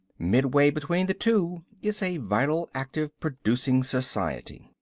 midway between the two is a vital, active, producing society.